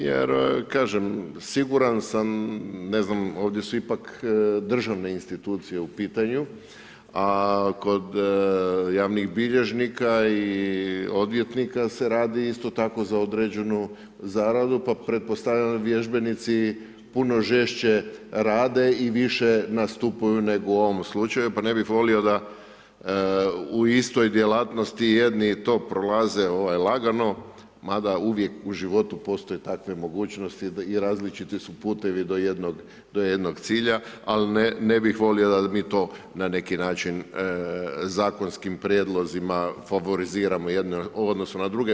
Jer, kažem, siguran sam, ne znam, ovdje su ipak državne institucije u pitanju, a kod, javnih bilježnika i odvjetnika se radi isto tako za određenu zaradu, pa pretpostavljam da vježbenici puno žešće rade i više nastupaju nego u ovom slučaju, pa ne bih volio da u istoj djelatnosti, jedni to prolaze lagano, mada uvijek u životu postoje takve mogućnosti i različiti su putovi do jednog cilja, ali ne bih volio da mi to na neki način, zakonskim prijedlozima favoritima u odnosu na druge.